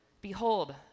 behold